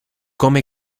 come